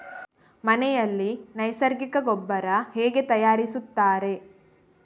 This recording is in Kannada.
ಮನೆಯಲ್ಲಿ ನೈಸರ್ಗಿಕ ಗೊಬ್ಬರ ಹೇಗೆ ತಯಾರಿಸುತ್ತಾರೆ?